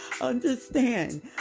understand